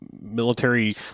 military